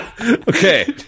Okay